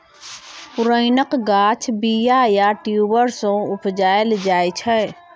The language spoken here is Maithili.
पुरैणक गाछ बीया या ट्युबर सँ उपजाएल जाइ छै